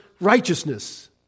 Righteousness